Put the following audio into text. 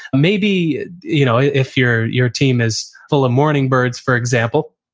maybe you know if your your team is full of morning birds, for example,